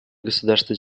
государства